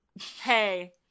Hey